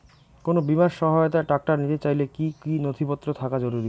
কোন বিমার সহায়তায় ট্রাক্টর নিতে চাইলে কী কী নথিপত্র থাকা জরুরি?